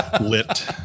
lit